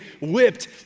whipped